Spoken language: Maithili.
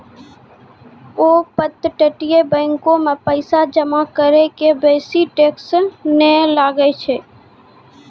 अपतटीय बैंको मे पैसा जमा करै के बेसी टैक्स नै लागै छै